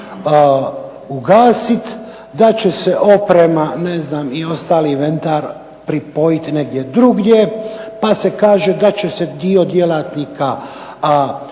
ugasit, da će se oprema i ostali inventar pripojit negdje drugdje pa se kaže da će se dio djelatnika uzet,